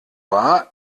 war